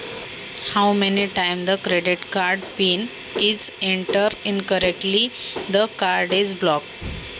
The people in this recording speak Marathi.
क्रेडिट कार्डचा पिन किती वेळा चुकीचा टाकल्यास कार्ड ब्लॉक होते?